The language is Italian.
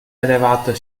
allevato